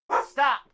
stop